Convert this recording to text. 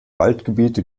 waldgebiete